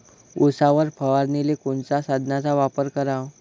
उसावर फवारनीले कोनच्या साधनाचा वापर कराव?